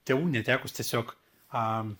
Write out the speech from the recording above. tėvų netekus tiesiog a